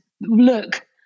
look